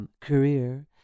career